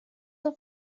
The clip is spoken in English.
the